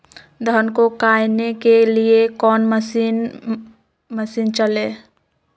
धन को कायने के लिए कौन मसीन मशीन चले?